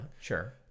sure